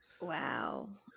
Wow